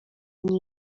nie